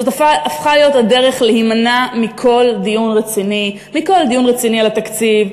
זאת הפכה להיות הדרך להימנע מכל דיון רציני: מכל דיון רציני על התקציב,